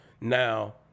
Now